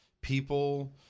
people